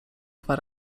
dwa